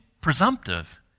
presumptive